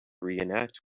reenact